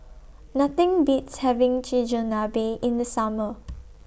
Nothing Beats having Chigenabe in The Summer